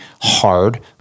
hard